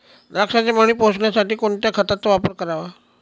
द्राक्षाचे मणी पोसण्यासाठी कोणत्या खताचा वापर करावा?